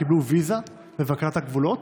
קיבלו ויזה בבקרת הגבולות,